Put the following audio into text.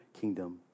kingdom